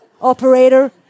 operator